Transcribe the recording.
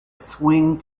swing